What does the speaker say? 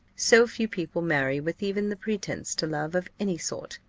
so few people marry with even the pretence to love of any sort,